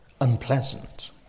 unpleasant